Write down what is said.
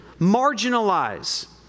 marginalize